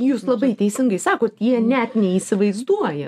jūs labai teisingai sakot jie net neįsivaizduoja